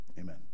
Amen